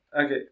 Okay